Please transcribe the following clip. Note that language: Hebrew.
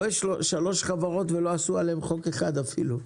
פה יש שלוש חברות ולא עשו עליהם חוק אחד אפילו,